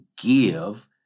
give